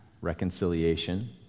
reconciliation